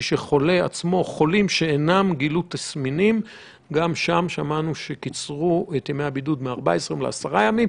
שלא גילו תסמינים מ-14 ימים ל-10 ימים.